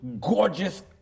gorgeous